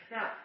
Now